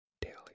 daily